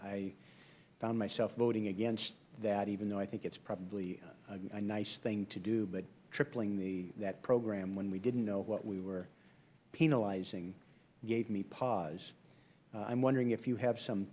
i found myself voting against that even though i think it is probably a nice thing to do but tripling that program when we didn't know what we were penalizing gave me pause i am wondering if you have some